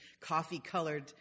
coffee-colored